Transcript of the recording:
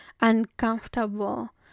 uncomfortable